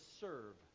serve